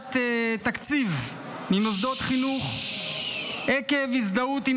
ושלילת תקציב ממוסדות חינוך עקב הזדהות עם